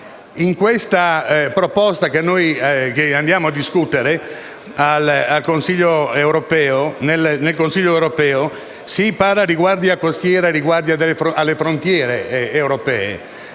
Nella proposta che andiamo a discutere nel Consiglio europeo si parla di Guardia costiera e di frontiera europea.